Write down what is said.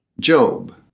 Job